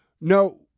No